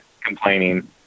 complaining